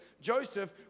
Joseph